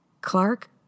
Clark